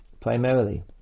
primarily